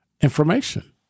information